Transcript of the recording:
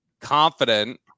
confident